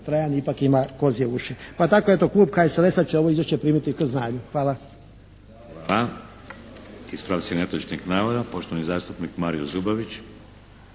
Trojan ima kozje uši. Pa tako eto, klub HSLS-a će ovo izvješće primiti k znanju. Hvala. **Šeks, Vladimir (HDZ)** Hvala. Ispravci netočnih navoda, poštovani zastupnik Mario Zubović.